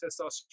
testosterone